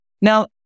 Now